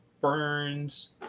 burns